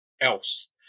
else